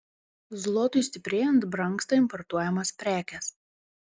zlotui stiprėjant brangsta importuojamos prekės